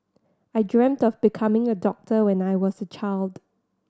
I dreamt of becoming a doctor when I was a child